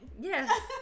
Yes